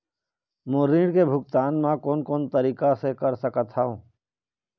मोर ऋण के भुगतान म कोन कोन तरीका से कर सकत हव?